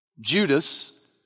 Judas